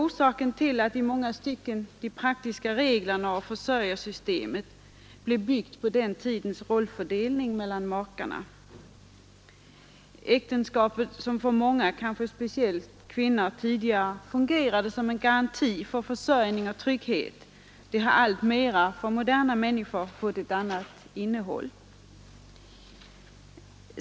Därför blev också i många stycken de praktiska reglerna och försörjarsystemet byggda på den tidens rollfördelning mellan makar. Äktenskapet, som för många — speciellt kvinnor — fungerade som garantin för försörjning och trygghet, har alltmer för moderna människor fått ett annat innehåll.